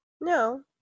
No